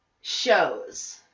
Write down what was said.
shows